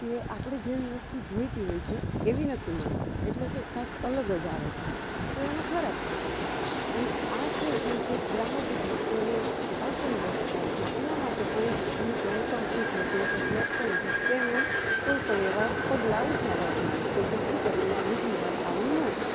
કે આપણે જેવી વસ્તુ જોઈતી હોય છે એવી નથી મળતી એટલે કે કાંઈક અલગ જ આવે છે તો એનું ખરાબ પાસું થયું અને આ છે એ જે ગ્રાહકો છે તેને અસંતોષ થાય છે એના માટે પણ જે તે કંપની છે જે તે પ્લેટફોર્મ છે તેમણે કોઈપણ એવા પગલાં ઉઠાવવાં જોઈએ કે જેથી કરીને આ બીજી વાર આવું ન થાય